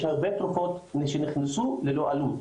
יש הרבה תרופות שנכנסו ללא עלות